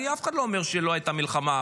אף אחד לא אומר שלא הייתה מלחמה,